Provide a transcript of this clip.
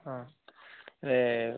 ହଁ ରେ